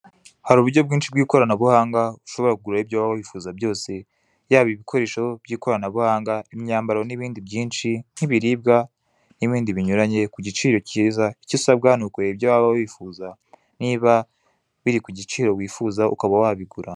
HAri uburyo bwinshi bw'ikoranabuhanga ushobora kuguraho ibyo waba wifuza kugura byose, yaba ibikoresho by'ikoranabuhanga, imyambaro n'ibindi byinshi nk'ibiribwa n'ibindi binyuranye ku giciro cyiza, icyo usabwa ni ukureba niba biri ku giciro wifuza ukaba wabigura.